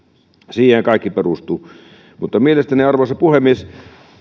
siihenhän kaikki perustuu mielestäni arvoisa puhemies